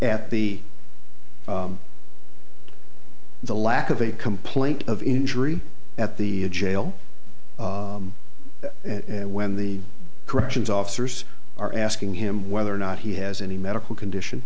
at the the lack of a complaint of injury at the jail and when the corrections officers are asking him whether or not he has any medical condition